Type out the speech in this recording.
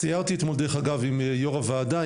סיירתי אתמול דרך אגב עם יו"ר הוועדה,